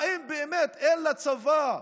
האם באמת אין לצבא,